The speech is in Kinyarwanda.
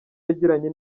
yagiranye